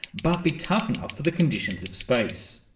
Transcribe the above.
but be tough enough for the conditions of space.